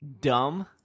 dumb